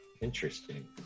Interesting